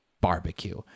barbecue